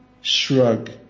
shrug